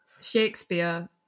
Shakespeare